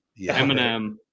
Eminem